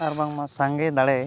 ᱟᱨ ᱵᱟᱝᱢᱟ ᱥᱟᱸᱜᱮ ᱫᱟᱲᱮ